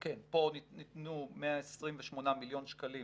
כן, פה ניתנו 128 מיליון שקלים